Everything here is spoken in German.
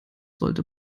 sollte